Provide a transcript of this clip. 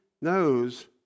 knows